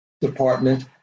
department